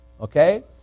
Okay